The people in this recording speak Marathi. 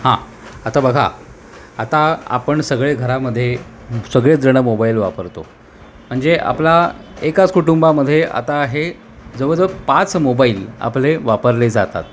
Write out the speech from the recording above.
हां आता बघा आता आपण सगळे घरामध्ये सगळेच जणं मोबाईल वापरतो म्हणजे आपला एकाच कुटुंबामध्ये आता हे जवळजवळ पाच मोबाईल आपले वापरले जातात